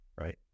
right